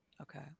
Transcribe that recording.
Okay